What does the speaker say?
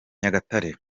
nyagatare